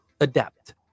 adapt